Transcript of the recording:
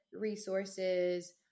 resources